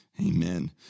Amen